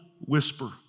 whisper